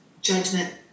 judgment